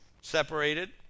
separated